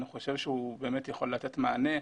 אני חושב שהוא באמת יכול לתת מענה.